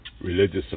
religious